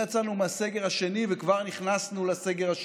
יצאנו מהסגר השני וכבר נכנסנו לסגר השלישי.